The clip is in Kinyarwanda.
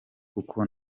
kuko